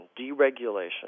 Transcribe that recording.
deregulation